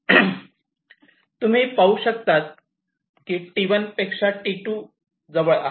तुम्ही पाहू शकतात की T1 पेक्षा T2 पेक्षा जवळ आहे